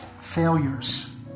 failures